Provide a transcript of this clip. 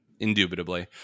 Indubitably